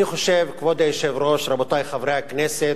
אני חושב, כבוד היושב-ראש, רבותי חברי הכנסת,